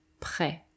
Prêt